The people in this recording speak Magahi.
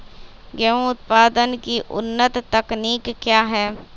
गेंहू उत्पादन की उन्नत तकनीक क्या है?